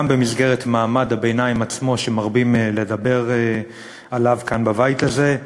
גם במסגרת מעמד הביניים עצמו שמרבים לדבר עליו כאן בבית הזה,